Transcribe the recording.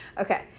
Okay